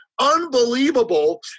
unbelievable